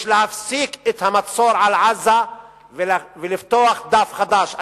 יש להפסיק את המצור על עזה ולפתוח דף חדש.